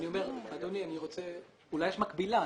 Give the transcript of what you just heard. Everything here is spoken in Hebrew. אולי יש מקבילה.